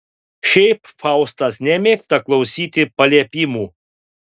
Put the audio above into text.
šiaip faustas nemėgsta klausyti paliepimų